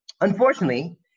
Unfortunately